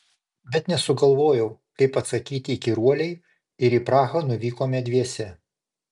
bet nesugalvojau kaip atsakyti įkyruolei ir į prahą nuvykome dviese